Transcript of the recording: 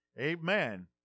Amen